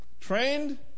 trained